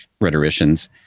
rhetoricians